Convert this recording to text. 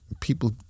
people